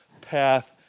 path